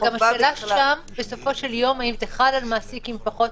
השאלה בסופו של יום היא אם זה חל על מעסיק עם פחות